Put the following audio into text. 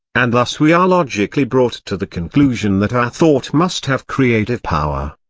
and thus we are logically brought to the conclusion that our thought must have creative power.